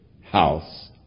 house